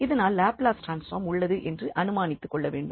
அதனால் Laplace transform உள்ளது என்று அனுமானித்து கொள்ளவேண்டும்